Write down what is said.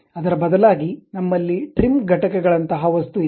ಅದರ ಬದಲಾಗಿ ನಮ್ಮಲ್ಲಿ ಟ್ರಿಮ್ ಘಟಕಗಳಂತಹ ವಸ್ತು ಇದೆ